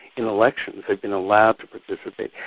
in elections, they've been allowed to participate,